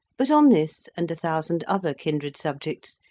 but on this, and a thousand other kindred subjects,